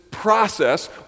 Process